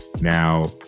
Now